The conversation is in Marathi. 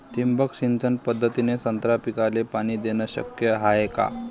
ठिबक सिंचन पद्धतीने संत्रा पिकाले पाणी देणे शक्य हाये का?